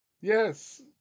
Yes